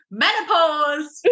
menopause